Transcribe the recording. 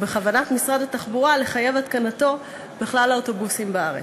ובכוונת משרד התחבורה לחייב התקנתו בכלל האוטובוסים בארץ.